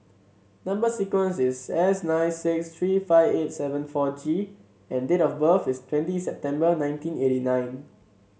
number sequence is S nine six three five eight seven four G and date of birth is twenty September nineteen eighty nine